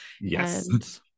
Yes